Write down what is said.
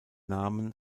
namen